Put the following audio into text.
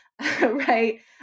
Right